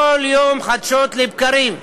כל יום, חדשות לבקרים,